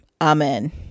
Amen